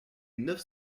neuf